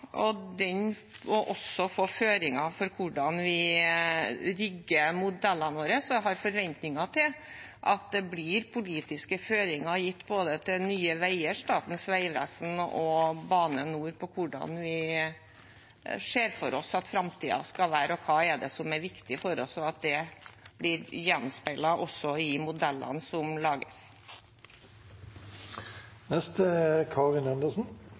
og den må også få føringer for hvordan vi rigger modellene våre. Jeg har forventninger til at det blir gitt politiske føringer til både Nye veier, Statens vegvesen og Bane NOR om hvordan vi ser for oss at framtiden skal være, og hva som er viktig for oss, og at det blir gjenspeilet også i modellene som lages. Verden står overfor to eksistensielle menneskeskapte kriser. Det er